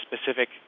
specific